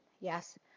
Yes